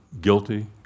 guilty